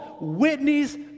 Whitney's